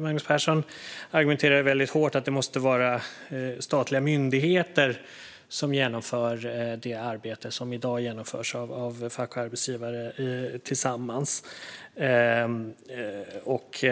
Magnus Persson argumenterar väldigt hårt för att det måste vara statliga myndigheter som genomför det arbete som i dag genomförs av fack och arbetsgivare tillsammans, och